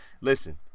Listen